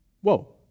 Whoa